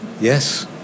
Yes